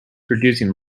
producing